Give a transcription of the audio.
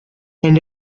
and